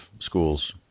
schools